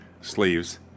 sleeves